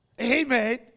Amen